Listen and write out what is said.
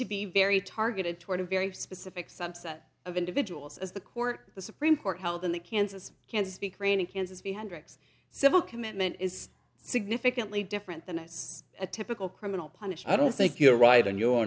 to be very targeted toward a very specific subset of individuals as the court the supreme court held in the kansas can speak rainy kansas be hundreds civil commitment is significantly different than it's a typical criminal punish i don't think you're right and your